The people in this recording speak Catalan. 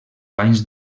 banys